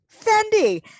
Fendi